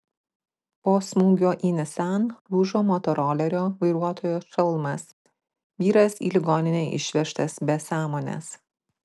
po smūgio į nissan lūžo motorolerio vairuotojo šalmas vyras į ligoninę išvežtas be sąmonės